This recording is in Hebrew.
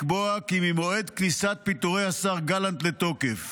לקבוע כי ממועד כניסת פיטורי השר גלנט לתוקף